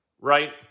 right